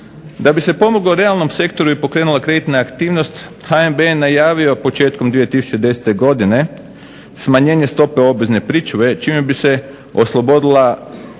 Da bi se pomoglo realnom sektoru i pokrenula kreditna aktivnost HNB je najavio početkom 2010. godine smanjenje stope obvezne pričuve čime bi se oslobodila